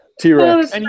T-Rex